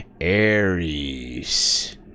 Aries